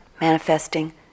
Manifesting